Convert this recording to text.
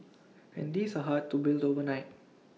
and these are hard to build overnight